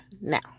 now